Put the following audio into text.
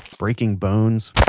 breaking bones,